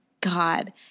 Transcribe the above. God